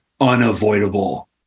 unavoidable